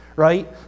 Right